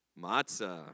matzah